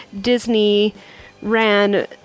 Disney-ran